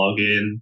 login